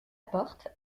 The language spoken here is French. porte